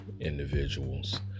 individuals